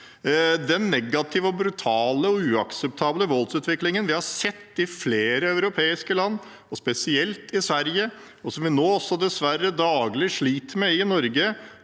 Den negative, brutale og uakseptable voldsutviklingen vi har sett i flere europeiske land, spesielt i Sverige, og som vi nå dessverre også daglig sliter med i Norge,